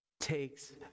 takes